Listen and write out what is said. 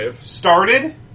Started